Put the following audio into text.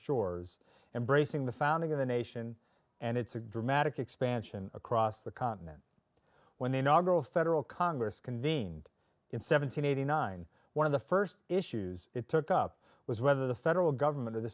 shores embracing the founding of the nation and it's a dramatic expansion across the continent when the nagual federal congress convened in seventeen eighty nine one of the first issues it took up was whether the federal government or the